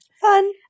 Fun